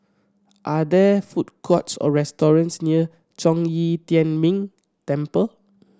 are there food courts or restaurants near Zhong Yi Tian Ming Temple